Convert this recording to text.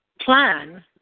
plan